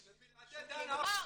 דנה.